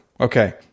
Okay